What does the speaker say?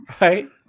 Right